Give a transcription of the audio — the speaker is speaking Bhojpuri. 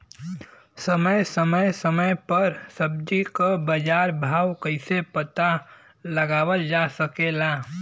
समय समय समय पर सब्जी क बाजार भाव कइसे पता लगावल जा सकेला?